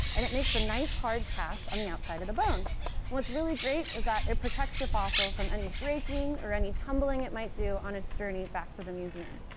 and it makes a nice, hard cast on the outside of the bone. and what's really great is that it protects the fossil from any braking or any tumbling it might do on its journey back to the museum.